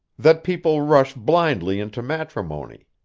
that people rush blindly into matrimony.